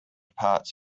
parts